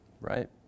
Right